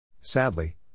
Sadly